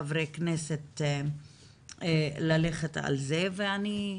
כחברי כנסת, אם תפרטו בנושא.